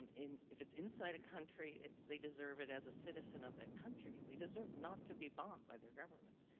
um if it's inside a country, it's they deserve it as a citizen of that country. they deserve not to be bombed by their governments.